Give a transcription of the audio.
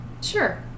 Sure